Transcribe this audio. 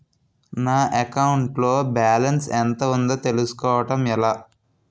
నా అకౌంట్ లో బాలన్స్ ఎంత ఉందో తెలుసుకోవటం ఎలా?